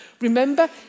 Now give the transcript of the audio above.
Remember